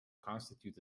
constitute